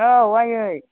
औ आइयै